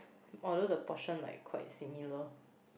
although the portion like quite similar